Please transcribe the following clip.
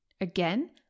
Again